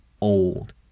old